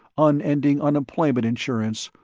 unending unemployment insurance,